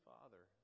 Father